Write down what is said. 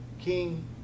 King